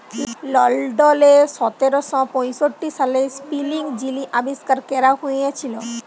লল্ডলে সতের শ পঁয়ষট্টি সালে ইস্পিলিং যিলি আবিষ্কার ক্যরা হঁইয়েছিল